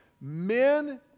Men